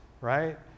Right